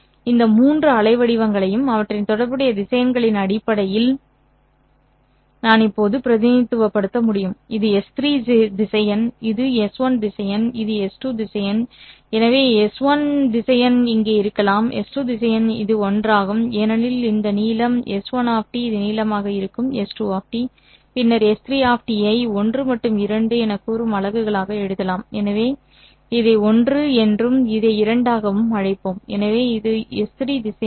இந்த மூன்று அலைவடிவங்களையும் அவற்றின் தொடர்புடைய திசையன்களின் அடிப்படையில் நான் இப்போது பிரதிநிதித்துவப்படுத்த முடியும் இது S3 திசையன் இது S1 திசையன் இது S2 திசையன் எனவே S1 திசையன் இங்கே இருக்கலாம் S2 திசையன் இது ஒன்றாகும் ஏனெனில் இந்த நீளம் || S1 || இது நீளமாக இருக்கும் || S2 || பின்னர் S3 ஐ 1 மற்றும் 2 எனக் கூறும் அலகுகளாக எழுதலாம் எனவே இதை ஒன்று என்றும் இதை இரண்டாகவும் அழைப்போம் எனவே இது S3 திசையன் ஆகும்